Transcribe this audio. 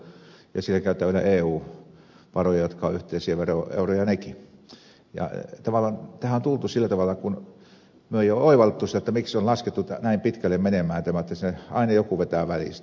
tavallaan tähän on tultu sillä tavalla kun me emme ole oivaltaneet miksi on laskettu tämä menemään näin pitkälle jotta siinä aina joku vetää välistä